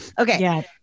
okay